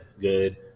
good